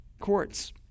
courts